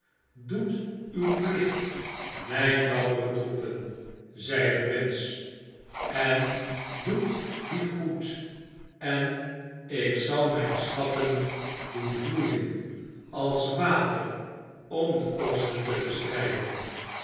doet uw plicht mijn dappere troepen zei de prins en doet dien goed enikzalmyn schatten doen vloeien als water om de kosten te bestryden